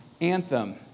anthem